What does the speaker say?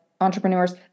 entrepreneurs